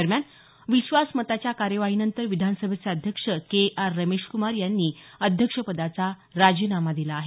दरम्यान विश्वासमताच्या कार्यवाहीनंतर विधानसभेचे अध्यक्ष के आर रमेशकुमार यांनी अध्यक्षपदाचा राजीनामा दिला आहे